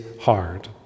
hard